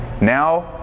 Now